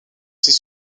ses